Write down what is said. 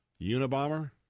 unabomber